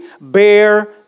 bear